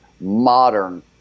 modern